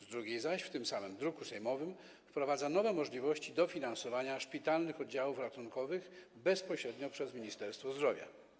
Z drugiej strony w tym samym druku sejmowym wprowadza nowe możliwości dofinansowania szpitalnych oddziałów ratunkowych bezpośrednio przez Ministerstwo Zdrowia.